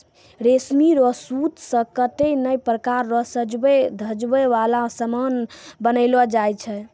रेशमी रो सूत से कतै नै प्रकार रो सजवै धजवै वाला समान बनैलो जाय छै